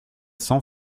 sans